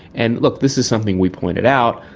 and look, this is something we pointed out,